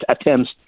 attempts